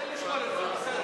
תן לשקול את זה.